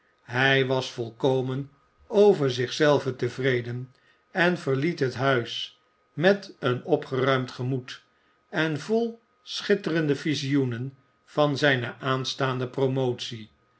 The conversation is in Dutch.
hij was volkomen over zich zelven tevreden en verliet het huis met een opgeruimd gemoed en vol schitterende visioenen van zijne aanstaande promotie